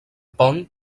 pont